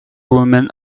woman